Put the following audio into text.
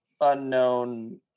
unknown